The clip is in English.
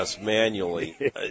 manually